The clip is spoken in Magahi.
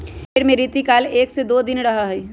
भेंड़ में रतिकाल एक से दो दिन रहा हई